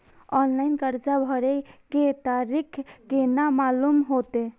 Online कर्जा भरे के तारीख केना मालूम होते?